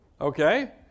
Okay